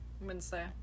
Wednesday